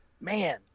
Man